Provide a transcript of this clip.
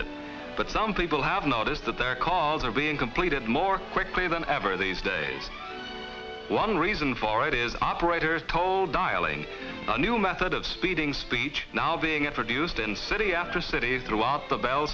it but some people have noticed that their cars are being completed more quickly than ever these days one reason for it is operator's toll dialing a new method of speeding speech now being introduced in city after cities throughout the bell